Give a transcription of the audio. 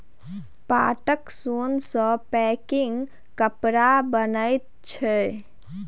पाटक सोन सँ पैकिंग कपड़ा बनैत छै